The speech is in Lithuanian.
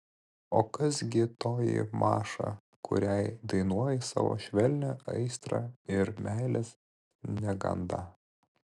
o kas gi toji maša kuriai dainuoji savo švelnią aistrą ir meilės negandą